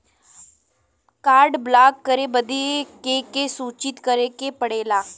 Card block करे बदी के के सूचित करें के पड़ेला?